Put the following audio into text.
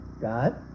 God